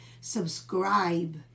Subscribe